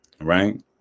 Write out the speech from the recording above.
right